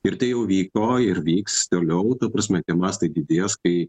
ir tai jau vyko ir vyks toliau ta prasme tie mastai didės kai